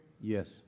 Yes